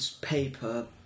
paper